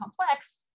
complex